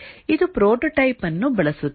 ಇದು ಪ್ರೊಟೋಟೈಪ್ ಅನ್ನು ಬಳಸುತ್ತದೆ